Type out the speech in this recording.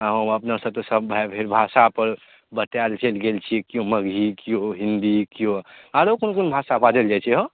ओ अपना सब तऽ सब भऽ गेल भाषापर बँटाएल चलि गेल छिए किओ मगही किओ हिन्दी किओ आओर कोन कोन भाषा बाजल जाइ छै हौ